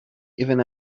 even